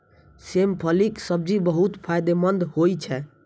सेम फलीक सब्जी बहुत फायदेमंद होइ छै